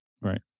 Right